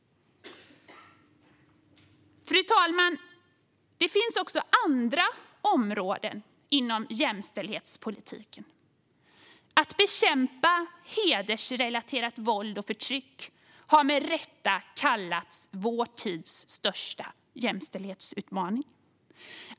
Fru talman! Det finns också andra områden inom jämställdhetspolitiken. Att bekämpa hedersrelaterat våld och förtryck har med rätta kallats vår tids största jämställdhetsutmaning.